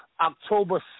October